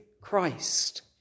Christ